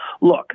Look